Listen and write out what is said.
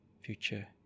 Future